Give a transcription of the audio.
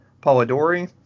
Polidori